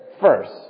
First